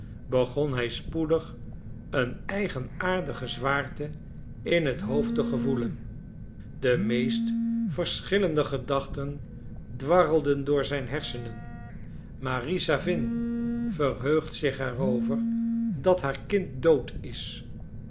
begon hij spoedig een eigenaardige zwaarte in het hoofd te gevoelen de meest verschillende gedachten dwarrelden door zijn hersenen marie sawin verheugt zich er over dat haar kind dood is